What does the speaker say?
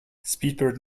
speedbird